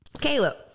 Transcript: Caleb